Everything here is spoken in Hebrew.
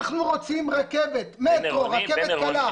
אנחנו רוצים רכבת מטרו, רכבת קלה.